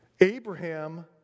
Abraham